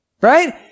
Right